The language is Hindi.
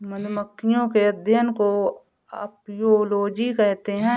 मधुमक्खियों के अध्ययन को अपियोलोजी कहते हैं